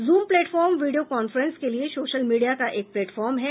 zoom platform video conference के लिए social media का एक प्लेटफार्म है